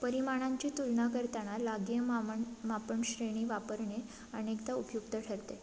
परिमाणांची तुलना करताना लागीय मापन मापनश्रेणी वापरणे अनेकदा उपयुक्त ठरते